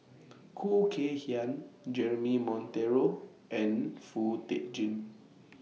Khoo Kay Hian Jeremy Monteiro and Foo Tee Jun